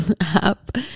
app